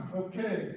okay